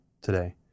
today